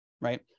right